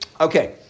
Okay